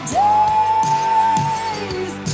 days